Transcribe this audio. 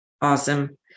Awesome